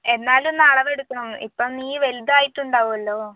എന്നാലൊന്ന് അളവെടുക്കണം ഇപ്പം നീ വലുതായിട്ട് ഉണ്ടാവുമല്ലോ